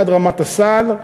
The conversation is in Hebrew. עד רמת השר,